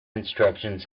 instructions